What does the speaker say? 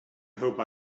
hope